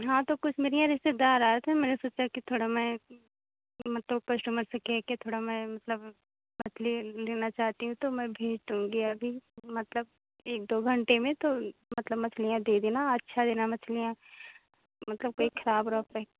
हाँ तो कुछ मेरे यहाँ रिश्तेदार आए थे मैंने सोचा कि थोड़ा मैं मतलब कस्टमर से कह कर थोड़ा मैं मतलब मछली लेना चाहती हूँ तो मैं भेज दूँगी अभी मतलब एक दो घंटे में तो मतलब मछलियाँ दे देना अच्छी देना मछलियाँ मतलब कहीं ख़राब उराब